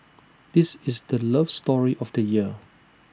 this is the love story of the year